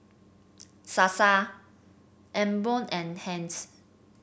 Sasa Emborg and Heinz